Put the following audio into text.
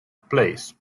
place